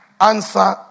answer